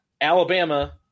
Alabama